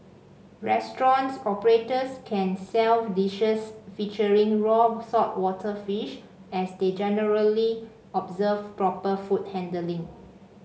restaurant operators can sell dishes featuring raw saltwater fish as they generally observe proper food handling